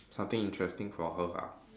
something interesting for her ah